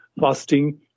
fasting